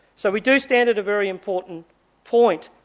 so we do stand at a very important point.